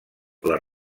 les